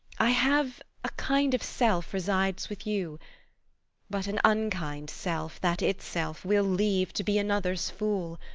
i have a kind of self resides with you but an unkind self, that itself will leave to be another's fool.